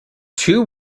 two